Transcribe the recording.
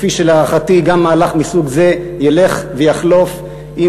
כפי שלהערכתי גם מהלך מסוג זה ילך ויחלוף עם